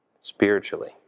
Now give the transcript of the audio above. Spiritually